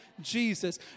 Jesus